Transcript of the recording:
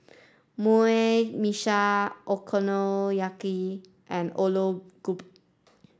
Meshi Okonomiyaki and Alu Gobi